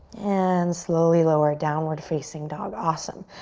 and slowly lower, downward facing dog. awesome.